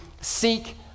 seek